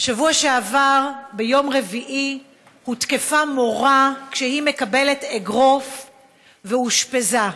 בשבוע שעבר ביום רביעי הותקפה מורה כשהיא מקבלת אגרוף ואושפזה.